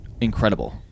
incredible